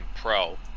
pro